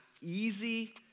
easy